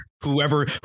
whoever